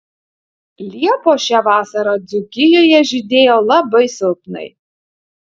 liepos šią vasarą dzūkijoje žydėjo labai silpnai